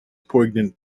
poignant